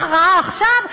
הכרעה עכשיו,